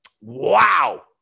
Wow